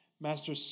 Master